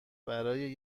برای